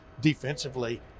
defensively